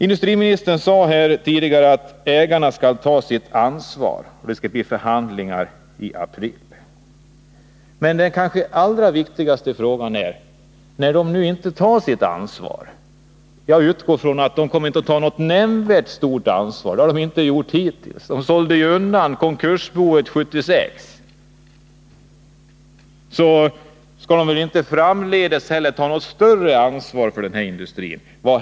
Industriministern sade tidigare att ägarna skall ta sitt ansvar och att förhandlingar skall komma till stånd i april, men jag utgår ifrån att dessa ägare lika litet som hittills kommer att ta något nämnvärt ansvar. De sålde undan konkursboet 1976. Vad kommer då att hända?